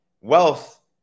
Wealth